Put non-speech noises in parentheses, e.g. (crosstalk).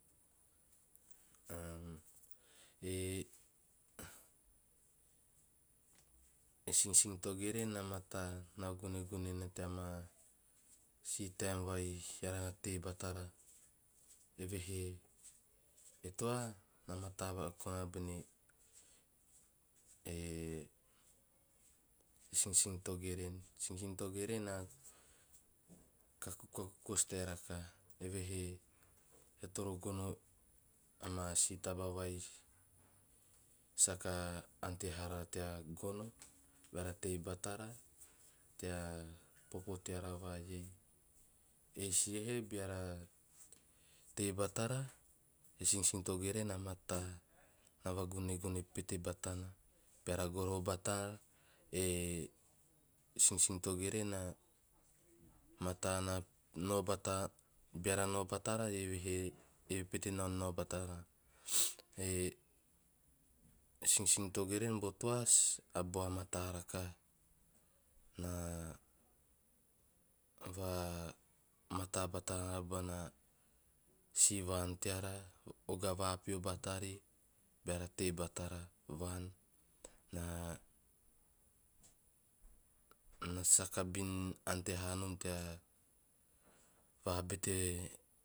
(hesitation) e sinsin togeren a mataa na vagunegune nana teama si taem vai eara tei batara. Evehe e toa na mataa va (unintelligible) koana nana bene e sinsin togerai. E sinsin togeren a kostae rakaha, evehe e toro gono ama si taba vai saka ante haa raa tea gono beara tei batara tea popo teara va iei. Eis iehe beara tei batara e sinsin togeren a mataa na va gunegune pete batana beara goro batara e sinsin togeren a mataa na no bata (unintelligible) beara nao batara eve hee pete na nao batana. (noise) E sinsin togeren bo toa a bua mataa rakaha na va mataa bata bana si vaan teara, oga vapeo batari beara tei batara vaan na- na sakabin ante hanom tea vabete